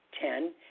Ten